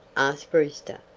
asked brewster.